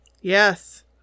Yes